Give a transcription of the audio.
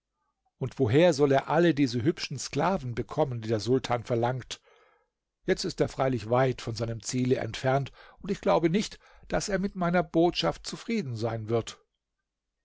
und woher soll er alle diese hübschen sklaven bekommen die der sultan verlangt jetzt ist er freilich weit von seinem ziele entfernt und ich glaube nicht daß er mit meiner botschaft zufrieden sein wird